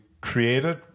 created